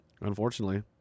unfortunately